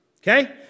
okay